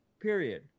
period